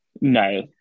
No